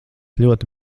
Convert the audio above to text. ļoti